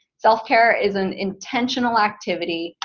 self-care is an intentional activity.